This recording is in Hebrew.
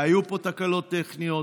והיו פה תקלות טכניות.